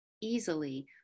easily